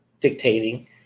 dictating